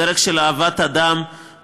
בדרך של אהבת אדם,